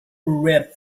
red